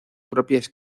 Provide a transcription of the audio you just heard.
propias